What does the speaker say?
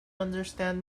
understand